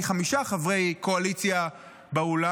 חמישה חברי קואליציה באולם.